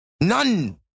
None